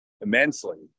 immensely